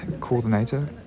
coordinator